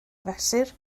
fesur